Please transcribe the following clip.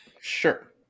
sure